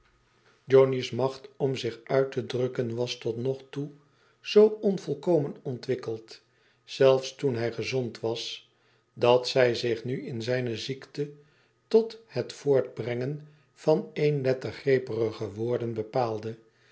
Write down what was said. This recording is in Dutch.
johnny's macht om zich uit te drukken was tot nog toe zoo onvolkomen ontwikkeld zelfs toen hij gezond was dat zij zich nu in zijne ziekte tot het voortbrengen van eenlettergrepige woorden bepaalde